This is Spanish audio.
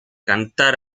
cantar